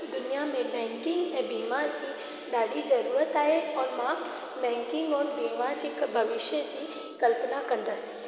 दुनिया में बैंकिंग ऐं बीमा जी ॾाढी ज़रूरत आहे और मां बैंकिंग और बीमा जी भविष्य जी कल्पना कंदसि